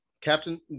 Captain